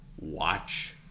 watch